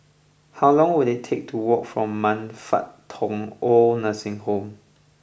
how long will it take to walk from Man Fut Tong Old Nursing Home